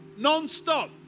nonstop